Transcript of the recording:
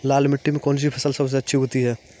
लाल मिट्टी में कौन सी फसल सबसे अच्छी उगती है?